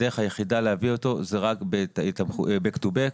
הדרך היחידה להביא את הרכיב הזה הוא רק Back to back,